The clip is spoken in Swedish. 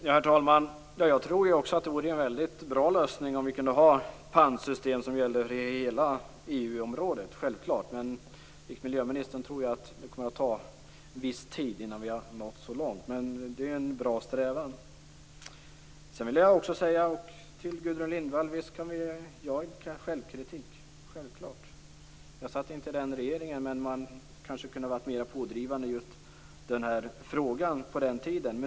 Herr talman! Jag tror att pantsystem som gäller hela EU-området vore en väldigt bra lösning. Enligt miljöministern kommer det dock att ta viss tid innan vi har nått så långt. Det är i varje fall en bra strävan. Gudrun Lindvall, visst kan jag idka självkritik! Självklart kan jag göra det. Jag satt inte med i regeringen i fråga. Kanske kunde man på den tiden ha varit mera pådrivande i just den här frågan.